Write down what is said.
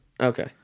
okay